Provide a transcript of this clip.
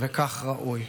וכך ראוי.